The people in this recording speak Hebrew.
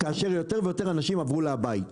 כאשר יותר ויותר אנשים עברו לעבוד מהבית.